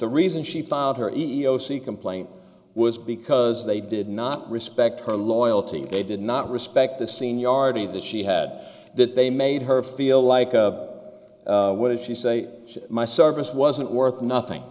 the reason she filed her ios e complaint was because they did not respect her loyalty they did not respect the seniority that she had that they made her feel like a what did she say my service wasn't worth nothing